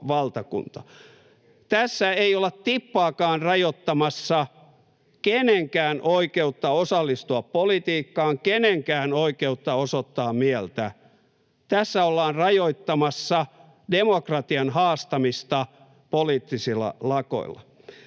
Tässä ei olla tippaakaan rajoittamassa kenenkään oikeutta osallistua politiikkaan tai kenenkään oikeutta osoittaa mieltä. Tässä ollaan rajoittamassa demokratian haastamista poliittisilla lakoilla.